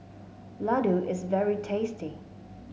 Laddu is very tasty